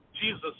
Jesus